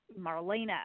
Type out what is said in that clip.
Marlena